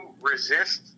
resist